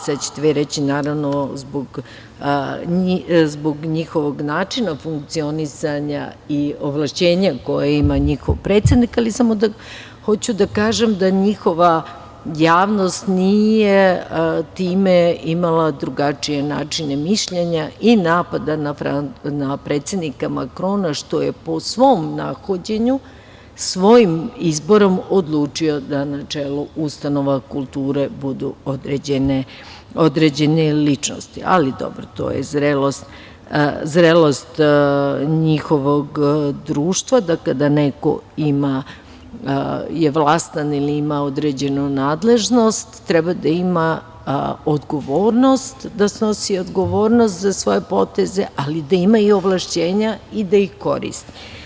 Sad ćete vi reći – naravno, zbog njihovog načina funkcionisanja i ovlašćenja koja ime njihov predsednik, ali samo hoću da kažem da njihova javnost nije time imala drugačije načine mišljenja i napada na predsednika Makrona, što je po svom nahođenju, svojim izborom odlučio da na čelu ustanova kulture budu određene ličnosti, ali dobro, to je zrelost njihovog društva da kada je neko vlastan ili ima određenu nadležnost, treba da snosi odgovornost za svoje poteze, ali da ima i ovlašćenja i da ih koristi.